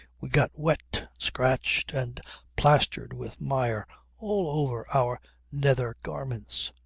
we got wet, scratched, and plastered with mire all over our nether garments.